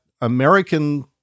American